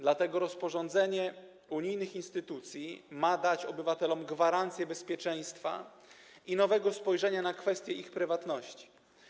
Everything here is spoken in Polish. Dlatego rozporządzenie unijnych instytucji ma dać obywatelom gwarancję bezpieczeństwa i nowego spojrzenia na kwestie ich prywatności.